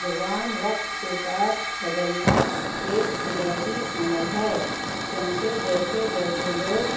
زبان وقت کے ساتھ بدلنا ایک قدرتی عمل ہے کیونکہ جیسے جیسے لوگ